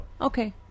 okay